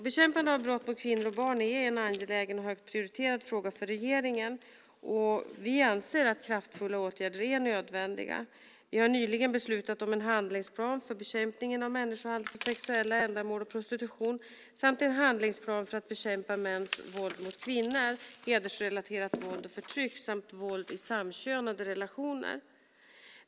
Bekämpandet av brott mot kvinnor och barn är en angelägen och högt prioriterad fråga för regeringen. Vi anser att kraftfulla åtgärder är nödvändiga. Vi har nyligen beslutat om en handlingsplan för bekämpningen av människohandel för sexuella ändamål och prostitution samt en handlingsplan för att bekämpa mäns våld mot kvinnor, hedersrelaterat våld och förtryck samt våld i samkönade relationer.